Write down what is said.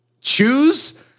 choose